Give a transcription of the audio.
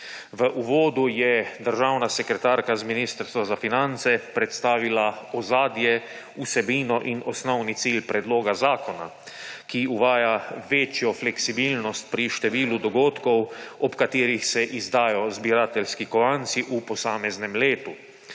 V uvodu je državna sekretarka Ministrstva za finance predstavila ozadje, vsebino in osnovni cilj predloga zakona, ki uvaja večjo fleksibilnost pri številu dogodkov, ob katerih se izdajo zbirateljski kovanci v posameznem letu.